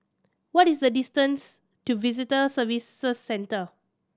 what is the distance to Visitor Services Centre